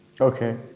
Okay